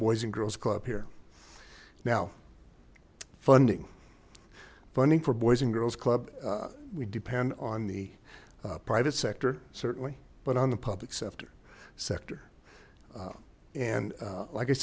boys and girls club here now funding funding for boys and girls club we depend on the private sector certainly but on the public sector sector and like i